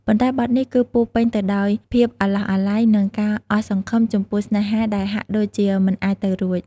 ប៉ុន្តែបទនេះ គឺពោរពេញទៅដោយភាពអាឡោះអាល័យ និងការអស់សង្ឃឹមចំពោះស្នេហាដែលហាក់ដូចជាមិនអាចទៅរួច។